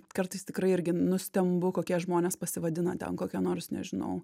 kartais tikrai irgi nustembu kokie žmonės pasivadina ten kokia nors nežinau